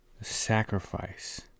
Sacrifice